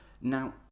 Now